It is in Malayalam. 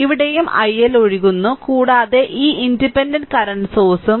ഇവിടെയും iL ഒഴുകുന്നു കൂടാതെ ഈ ഇൻഡിപെൻഡന്റ് കറന്റ് സോഴ്സ്ഉം